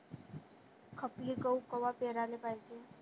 खपली गहू कवा पेराले पायजे?